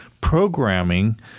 Programming